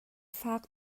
fak